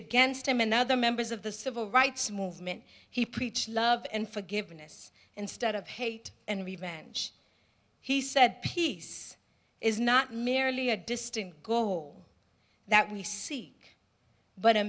against him and other members of the civil rights movement he preached love and forgiveness instead of hate and revenge he said peace is not merely a distant goal that we seek but a